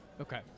okay